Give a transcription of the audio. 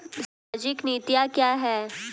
सामाजिक नीतियाँ क्या हैं?